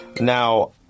Now